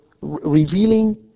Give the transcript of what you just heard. revealing